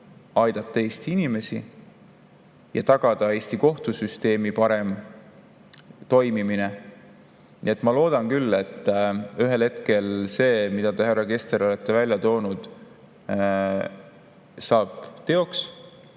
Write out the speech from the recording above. aidata Eesti inimesi ja tagada Eesti kohtusüsteemi parem toimimine. Nii et ma loodan küll, et ühel hetkel see, mida te, härra Kessler, olete välja toonud, saab teoks.